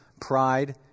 pride